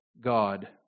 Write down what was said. God